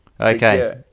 Okay